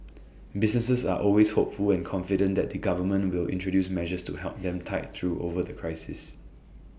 businesses are always hopeful and confident that the government will introduce measures to help them tide through over the crisis